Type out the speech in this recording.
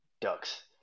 Ducks